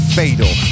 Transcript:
fatal